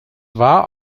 war